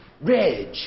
Reg